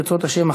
ברצות השם,